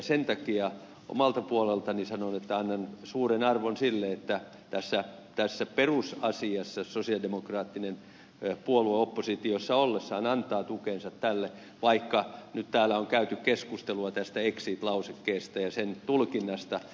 sen takia omalta puoleltani sanon että annan suuren arvon sille että tässä perusasiassa sosialidemokraattinen puolue oppositiossa ollessaan antaa tukensa tälle vaikka nyt täällä on käyty keskustelua tästä exit lausekkeesta ja sen tulkinnasta